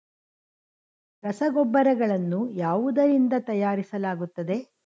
ರಸಗೊಬ್ಬರಗಳನ್ನು ಯಾವುದರಿಂದ ತಯಾರಿಸಲಾಗುತ್ತದೆ?